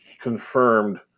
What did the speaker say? confirmed